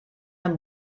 eine